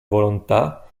volontà